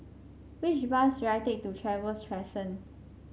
which bus should I take to Trevose Crescent